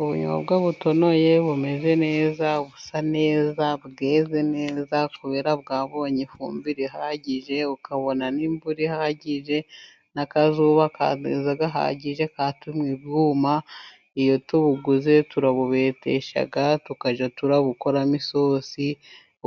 Ubunyobwa butunoye, bumeze neza, busa neza, bweze neza, kubera bwabonye ifumbire ihagije, bukabona n'imvura ihagije, n'akazuba gahagije katumye bwuma, iyo tubuguze turabubetesha tukajya turabukoramo isosi,